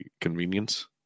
convenience